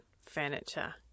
furniture